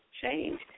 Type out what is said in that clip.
change